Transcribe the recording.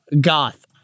Goth